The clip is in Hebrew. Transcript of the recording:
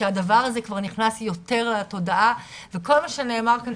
שהדבר הזה כבר נכנס יותר לתודעה וכל מה שנאמר פה,